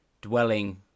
dwelling